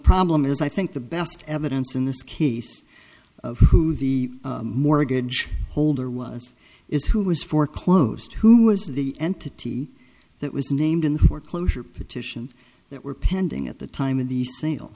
problem is i think the best evidence in this case of who the mortgage holder was is who was for close to who was the entity that was named in the foreclosure petition that were pending at the time of the sale